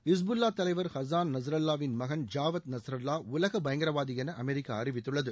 Hezbollah தலைவர் Hassan நஸ்ரல்வாவின் மகன் ஜாவத் நஸ்ரல்வா உலக பயங்கரவாதி என அமெரிக்கா அறிவித்துள்ளது